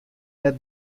net